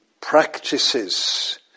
practices